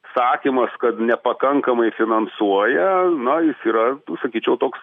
sakymas kad nepakankamai finansuoja na jis yra sakyčiau toks